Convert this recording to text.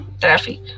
traffic